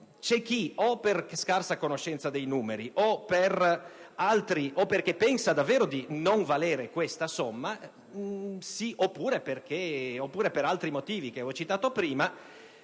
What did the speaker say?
C'è chi, o per scarsa conoscenza dei numeri o per altri motivi o perché pensa davvero di non valere questa somma oppure per altri motivi che ho citato prima,